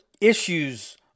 issues